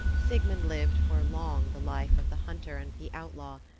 sigmund lived for long the life of the hunter and the outlaw,